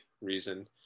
reason